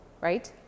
right